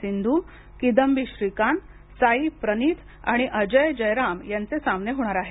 सिंधू किदंबी श्रीकांत साई प्रनीथ आणि अजय जयराम यांचे सामने होणार आहेत